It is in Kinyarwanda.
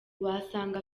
wasanga